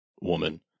woman